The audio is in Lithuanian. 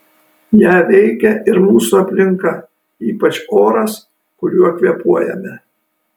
ją veikia ir mūsų aplinka ypač oras kuriuo kvėpuojame